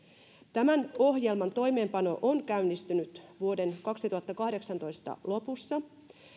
tämän ohjelman toimeenpano on käynnistynyt vuoden kaksituhattakahdeksantoista lopussa